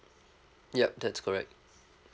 yup that's correct